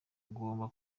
ugomba